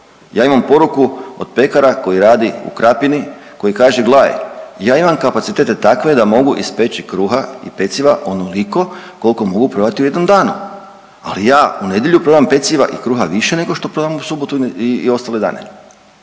Ja imam poruku od pekara koji radi u Krapini koji kaže, gledaj ja imam kapacitete takve da mogu ispeći kruha i peciva onoliko koliko mogu prodati u jednom danu, ali ja u nedjelju prodam peciva i kruha više nego što prodam u subotu i ostale dane.